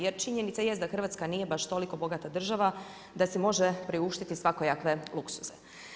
Jer činjenica jest da Hrvatska nije baš toliko bogata država da si može priuštiti svakojake luksuze.